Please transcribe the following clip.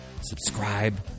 subscribe